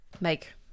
make